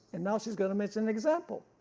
and now she's going to mention an example.